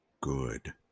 good